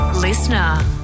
Listener